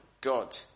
God